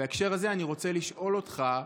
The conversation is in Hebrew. בהקשר הזה, אני רוצה לשאול אותך.